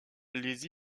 les